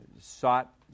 sought